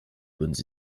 bonnes